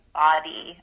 body